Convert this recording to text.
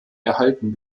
erhalten